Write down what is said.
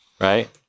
Right